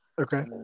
Okay